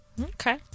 Okay